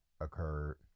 occurred